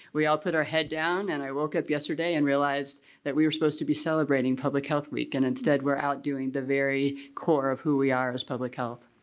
we all put our head down and i woke up yesterday and realized that we were supposed to be celebrating public health week. and instead we're out doing the very core of who we are as public health.